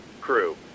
crew